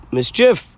Mischief